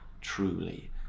truly